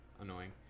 annoying